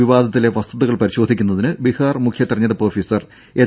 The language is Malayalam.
വിവാദത്തിലെ വസ്തുതകൾ പരിശോധിക്കുന്നതിന് ബിഹാർ മുഖ്യ തെരഞ്ഞെടുപ്പ് ഓഫീസർ എച്ച്